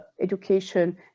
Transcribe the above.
education